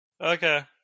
Okay